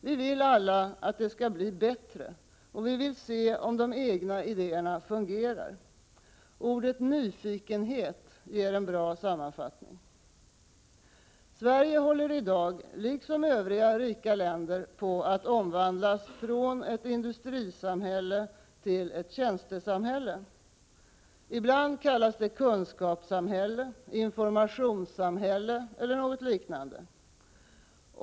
Vi vill alla att det skall bli bättre, och vi vill se om de egna idéerna fungerar. Ordet nyfikenhet ger en bra sammanfattning. Sverige håller i dag — liksom övriga rika länder — på att omvandlas från ett industrisamhälle till ett tjänstesamhälle. Ibland kallas det kunskapssamhälle, informationssamhälle eller något liknande.